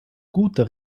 guter